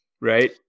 right